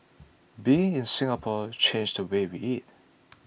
being in Singapore changed the way we eat